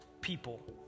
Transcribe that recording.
people